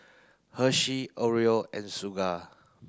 Hershey L'Oreal and